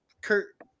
kurt